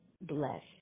bless